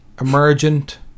Emergent